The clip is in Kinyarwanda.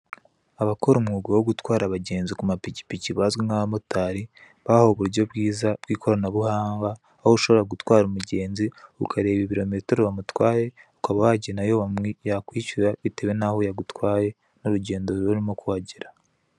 Abakora umwuga wo gutwara abagenzi bazwi nk'abamotari, bahawe uburyo bwiza bw'ikoranabuhanga aho ushobora gutwara umugenzi, ukareba ibirometero wamutwaye ukaba wagena ayo yakwishyura bitewe naho yagutwaye, ari urugendo rurimo kuhagera.